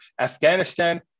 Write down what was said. Afghanistan